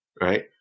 right